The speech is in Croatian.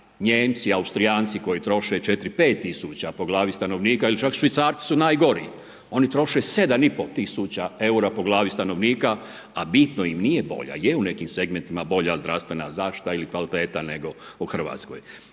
Nijemci, Austrijanci koji troše 4, 5 tisuća po glavi stanovnika? Ili čak Švicarci su najgori, oni troše 7 i pol tisuća eura po glavni stanovnika, a bitno im nije bolja, je u nekim segmentima bolja zdravstvena zaštita ili kvaliteta nego u Hrvatskoj.